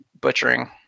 butchering